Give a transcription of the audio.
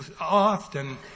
often